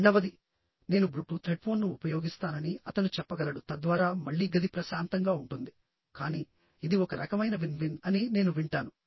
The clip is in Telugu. రెండవది నేను బ్లుటూత్ హెడ్ఫోన్ను ఉపయోగిస్తానని అతను చెప్పగలడు తద్వారా మళ్ళీ గది ప్రశాంతంగా ఉంటుంది కానీ ఇది ఒక రకమైన విన్ విన్ అని నేను వింటాను